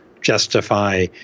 justify